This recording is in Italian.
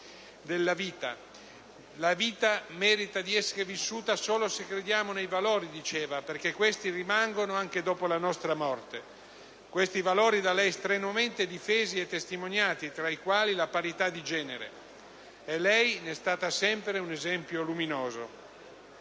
della vita? «La vita merita di essere vissuta solo se crediamo nei valori» - diceva - «perché questi rimangono anche dopo la nostra morte». Quei valori da lei strenuamente difesi e testimoniati, tra i quali la parità di genere, e lei ne è sempre stata un esempio luminoso.